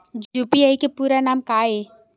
UPI के पूरा नाम का ये?